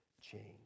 change